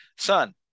Son